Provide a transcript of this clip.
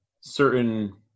certain